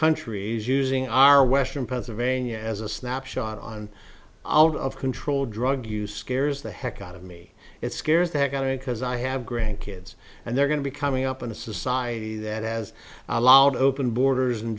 countries using our western pennsylvania as a snapshot on out of control drug use scares the heck out of me it scares the heck out of me because i i have grandkids and they're going to be coming up in a society that has allowed open borders and